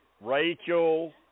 Rachel